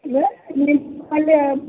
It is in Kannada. ಯ್ ನಿಮ್ಮ ಅಲ್ಲಿ